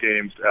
games